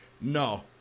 No